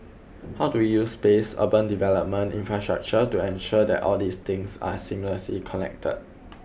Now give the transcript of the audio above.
how do we use space urban development infrastructure to ensure that all these things are seamlessly connected